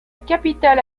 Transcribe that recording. capitale